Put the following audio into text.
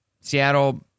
Seattle